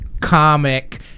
comic